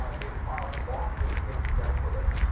ah gage filed a lawsuit against jeff lewis.